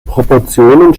proportionen